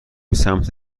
سمت